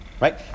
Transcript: right